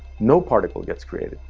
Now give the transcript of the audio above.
no particle gets created.